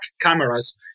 cameras